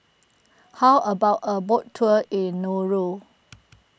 how about a boat tour in Nauru